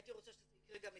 הייתי רוצה שזה יקרה גם אצלנו.